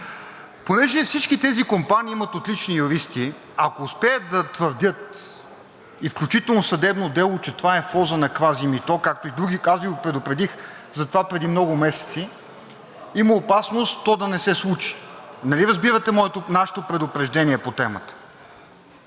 Понеже всички тези компании имат отлични юристи, ако успеят да твърдят, включително и в съдебно дело, че това е в полза на квазимито, както и други квази, аз Ви предупредих за това преди много месеци, има опасност то да не се случи. Нали разбирате нашето предупреждение по темата?